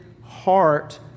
heart